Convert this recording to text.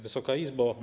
Wysoka Izbo!